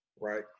right